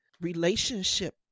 relationship